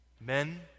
Men